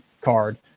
card